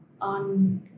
on